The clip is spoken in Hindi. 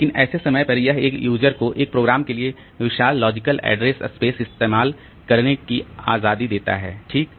लेकिन ऐसे समय पर यह एक यूजर को एक प्रोग्राम के लिए विशाल लॉजिकल ऐड्रेस स्पेस इस्तेमाल करने की आजादी देता है ठीक